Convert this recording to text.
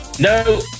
No